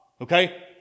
okay